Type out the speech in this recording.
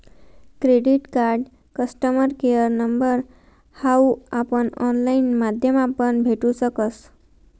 credit card customer care number हाऊ आपण online माध्यमापण भेटू शकस